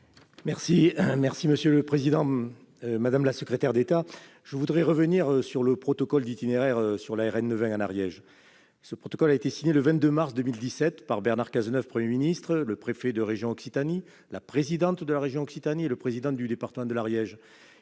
chargé des transports. Madame la secrétaire d'État, je voudrais revenir sur le protocole d'itinéraire sur la RN 20, en Ariège. Ce protocole a été signé le 22 mars 2017 par Bernard Cazeneuve, Premier ministre, le préfet de la région Occitanie, la présidente de la région Occitanie et le président du département de l'Ariège.